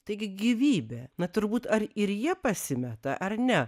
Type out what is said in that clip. taigi gyvybė na turbūt ar ir jie pasimeta ar ne